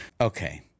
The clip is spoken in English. okay